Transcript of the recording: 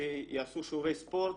שיעשו שיעורי ספורט,